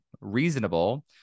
reasonable